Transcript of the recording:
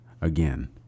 again